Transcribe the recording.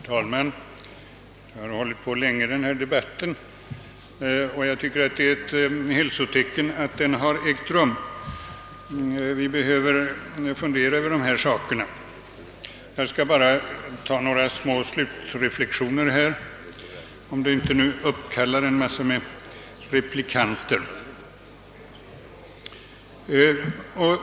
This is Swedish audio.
Herr talman! Denna debatt har hållit på länge, och jag tycker att det är ett hälsotecken, att den har ägt rum. Vi behöver fundera över dessa saker. Jag skall nu bara göra några korta slutreflexioner, och jag hoppas att de inte uppkallar en massa replikanter.